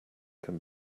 can